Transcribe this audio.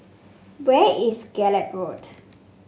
where is Gallop Road